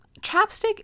chapstick